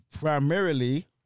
Primarily